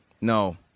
No